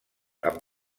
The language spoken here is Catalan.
amb